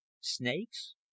snakes